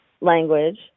language